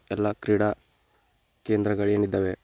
ಎಲ್ಲ ಕ್ರೀಡಾ ಕೇಂದ್ರಗಳೇನಿದಾವೆ